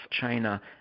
China